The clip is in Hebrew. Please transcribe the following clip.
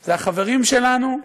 זה החברים שלנו,